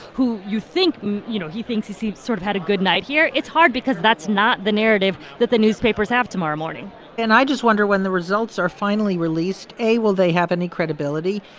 who you think you know, he thinks he's he's sort of had a good night here. it's hard because that's not the narrative that the newspapers have tomorrow morning and i just wonder, when the results are finally released, a, will they have any credibility?